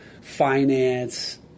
finance